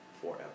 forever